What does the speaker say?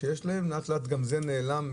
לאט-לאט גם זה נעלם,